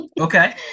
okay